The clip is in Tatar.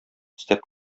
өстәп